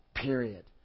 Period